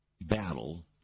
battle